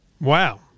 Wow